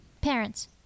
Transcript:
Parents